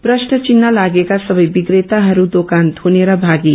प्रश्नचिन्ह लागेका सवै विकेताहरू दोकान थुनेर भागे